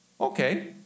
Okay